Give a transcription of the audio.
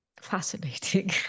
fascinating